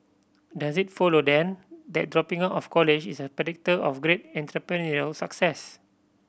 does it follow then that dropping out of college is a predictor of great entrepreneurial success